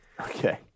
Okay